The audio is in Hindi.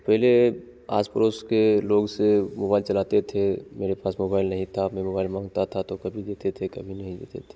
तो पहले आस पड़ोस के लोग से मोबाइल चलाते थे मेरे पास मोबाइल नहीं था मैं मोबाइल माँगता था तो कभी देते तो कभी नहीं देते थे